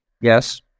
Yes